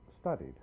studied